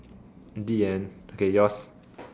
the end okay yours